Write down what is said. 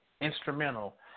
Instrumental